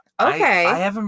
Okay